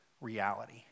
reality